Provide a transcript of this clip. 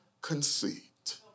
conceit